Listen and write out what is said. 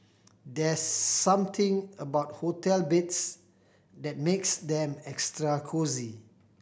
there's something about hotel beds that makes them extra cosy